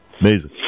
Amazing